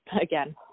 again